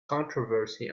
controversy